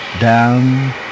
down